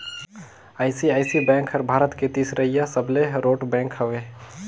ICICI bank हर भारत के तीसरईया सबले रोट बेंक हवे